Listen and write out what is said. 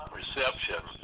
reception